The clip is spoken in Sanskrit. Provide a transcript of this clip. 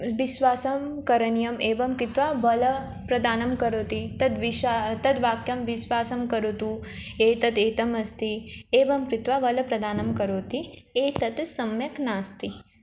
विश्वासं करणीयम् एवं कृत्वा बलप्रदानं करोति तद् विशा तद् वाक्यं विश्वासं करोतु एतद् एतद् अस्ति एवं कृत्वा बलप्रदानं करोति एतद् सम्यक् नास्ति